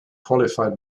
qualified